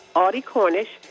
audie cornish,